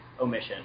Omission